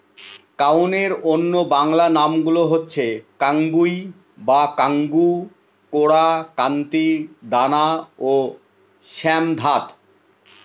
কাউনের অন্য বাংলা নামগুলো হচ্ছে কাঙ্গুই বা কাঙ্গু, কোরা, কান্তি, দানা ও শ্যামধাত